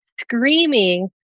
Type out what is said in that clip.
screaming